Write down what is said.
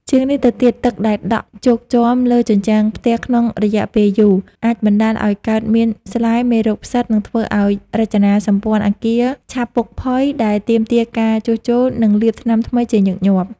ជាងនេះទៅទៀត ទឹកដែលដក់ជោកជាំលើជញ្ជាំងផ្ទះក្នុងរយៈពេលយូរ អាចបណ្តាលឱ្យកើតមានស្លែ មេរោគផ្សិត និងធ្វើឱ្យរចនាសម្ព័ន្ធអគារឆាប់ពុកផុយ ដែលទាមទារការជួសជុល និងលាបថ្នាំថ្មីជាញឹកញាប់។